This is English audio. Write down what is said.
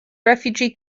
refugee